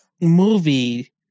movie